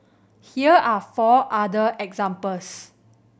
here are four other examples